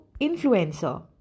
influencer